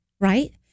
right